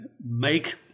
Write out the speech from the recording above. make